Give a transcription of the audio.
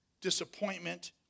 disappointment